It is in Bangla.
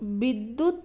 বিদ্যুৎ